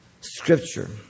Scripture